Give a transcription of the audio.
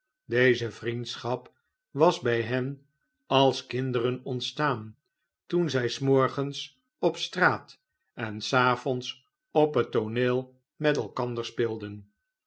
deze vriendschap was bij hen als kinderen ontstaan toen zij s morgens op straat en s avonds op het tooneel met elkander speelden